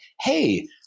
hey